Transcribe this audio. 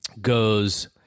goes